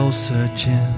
Searching